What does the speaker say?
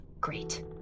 Great